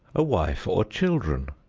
a wife or children,